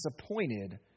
disappointed